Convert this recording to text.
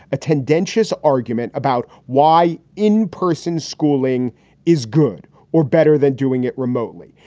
a tendentious argument about why in-person schooling is good or better than doing it remotely,